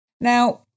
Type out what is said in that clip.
Now